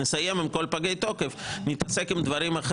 ואחרי שנסיים עם כל פגי התוקף נתעסק עם דברים אחרים.